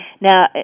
Now